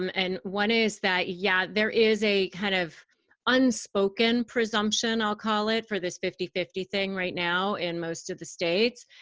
um and one is that, yeah, there is a kind of unspoken presumption, i'll call it, for this fifty fifty thing right now in most of the states.